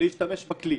להשתמש בכלי?